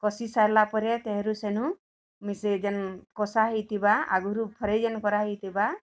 କଷି ସାରିଲା ପରେ ତେହରୁ ସେନୁ ମୁଇଁ ସେ ଯେନ୍ କଷା ହେଇଥିବା ଆଗରୁ ଯେନ୍ ଫ୍ରାଏ ଯେନ୍ କରାହେଇଥିବା